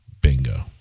Bingo